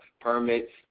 permits